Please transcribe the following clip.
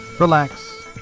Relax